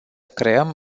creăm